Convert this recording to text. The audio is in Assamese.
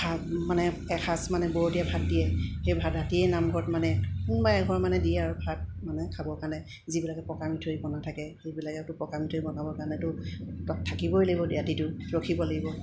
ভাত মানে এসাঁজ মানে বৰদিয়া ভাত দিয়ে সেই ভাত ৰাতিয়েই নামঘৰত মানে কোনোবাই এঘৰ মানে দিয়ে আৰু ভাত মানে খাবৰ কাৰণে যিবিলাকে পকা মিঠৈ বনা থাকে সেইবিলাকেতো পকা মিঠৈ বনাবৰ কাৰণেতো তাত থাকিবই লাগিব ৰাতিটো ৰখিবই লাগিব